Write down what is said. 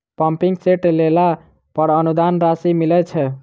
Pumping set लेला पर अनुदान राशि मिलय छैय?